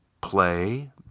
Play